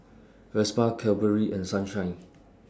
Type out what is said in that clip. Vespa Cadbury and Sunshine